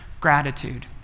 gratitude